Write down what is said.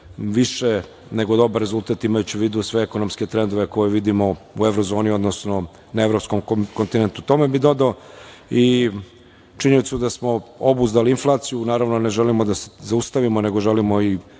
više nego dobar rezultat imajući u vidu sve ekonomske trendove koje vidimo u Evrozoni, odnosno na evropskom kontinentu. Tome bih dodao i činjenicu da smo obuzdali inflaciju. Naravno, ne želimo da se zaustavimo, verujem